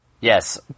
Yes